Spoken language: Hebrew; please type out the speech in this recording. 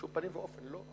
בשום פנים ואופן לא.